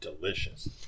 delicious